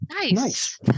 nice